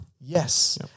Yes